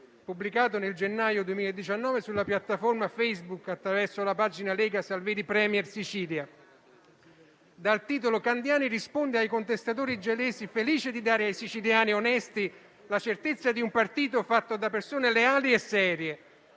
pubblicato nel gennaio 2019 sulla piattaforma Facebook, attraverso la pagina Lega Sicilia Salvini Premier, dal titolo «Il senatore Stefano Candiani risponde ai contestatori gelesi: "Felice di dare ai siciliani onesti la certezza di un partito fatto da persone leali e serie!"».